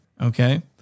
Okay